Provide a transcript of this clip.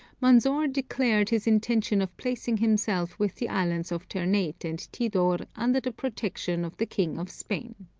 manzor declared his intention of placing himself with the islands of ternate and tidor under the protection of the king of spain.